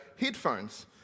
headphones